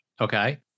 Okay